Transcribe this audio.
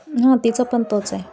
हां तिचं पण तोच आहे